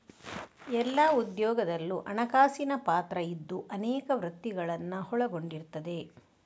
ಎಲ್ಲಾ ಉದ್ಯೋಗದಲ್ಲೂ ಹಣಕಾಸಿನ ಪಾತ್ರ ಇದ್ದು ಅನೇಕ ವೃತ್ತಿಗಳನ್ನ ಒಳಗೊಂಡಿರ್ತದೆ